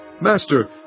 Master